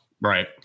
Right